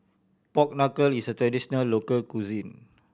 pork knuckle is a traditional local cuisine